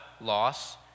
loss